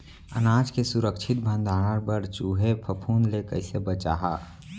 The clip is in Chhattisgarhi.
अनाज के सुरक्षित भण्डारण बर चूहे, फफूंद ले कैसे बचाहा?